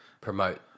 promote